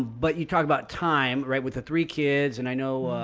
but you talked about time, right with the three kids and i know,